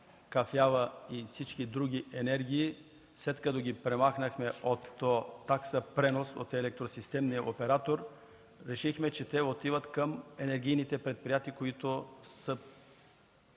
кафява и всички други енергии, след като ги премахнахме от такса „пренос“ от електросистемния оператор, решихме, че отиват към енергийните предприятия,